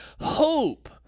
hope